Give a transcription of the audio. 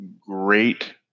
great